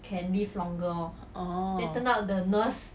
orh